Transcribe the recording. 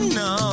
no